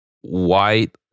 white